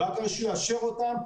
ורק אחרי שהוא יאשר אותם,